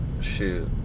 Shoot